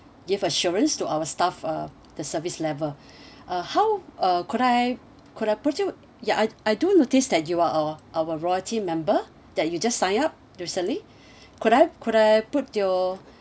give assurance to our staff uh the service level uh how uh could I could I put you ya I I do notice that you are uh our loyalty member that you just sign up recently could I could I put your